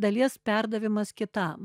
dalies perdavimas kitam